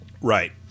Right